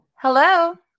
Hello